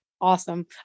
awesome